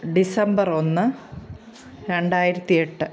December ഒന്ന് രണ്ടായിരത്തി എട്ട്